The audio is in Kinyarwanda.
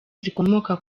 zikomoka